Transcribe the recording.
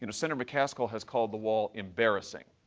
you know senator mccaskill has called the wall embarrassing.